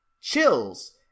chills